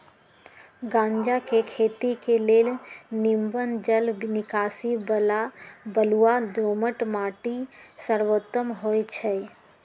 गञजा के खेती के लेल निम्मन जल निकासी बला बलुआ दोमट माटि सर्वोत्तम होइ छइ